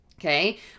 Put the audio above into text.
okay